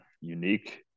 unique